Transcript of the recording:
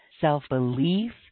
self-belief